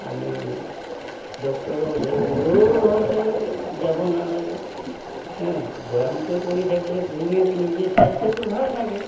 আমি ডক্তৰৰ ওচৰলৈও হয়তো যাব নালাগে বৈয়ামটো কৰি থাকিলে ধুনীয়াকে নিজে স্বাস্থ্যটো ভাল থাকে